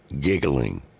giggling